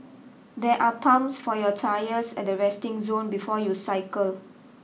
there are pumps for your tyres at the resting zone before you cycle